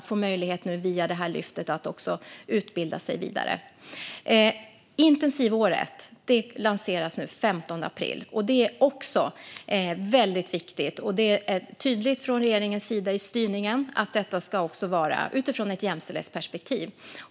De får nu möjlighet via det här lyftet att utbilda sig vidare. Intensivåret lanseras nu den 15 april. Det är också väldigt viktigt. Det är tydligt från regeringens sida i styrningen att det ska vara utifrån ett jämställdhetsperspektiv.